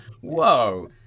Whoa